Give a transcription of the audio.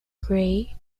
gray